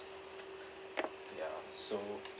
ya so